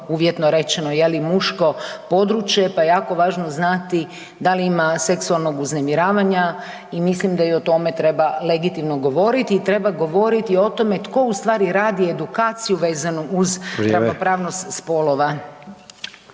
uvjetno rečeno je li muško područje, pa je jako važno znati da li ima seksualnog uznemiravanja i mislim da i o tome treba legitimno govoriti i treba govoriti o tome tko u stvari radi edukaciju vezanu uz …/Upadica: